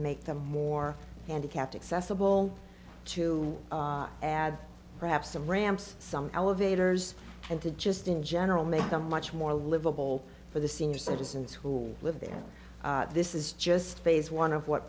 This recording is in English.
make them more handicapped accessible to add perhaps the ramps some elevators and to just in general make them much more livable for the senior citizens who live there this is just phase one of what